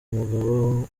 umugabo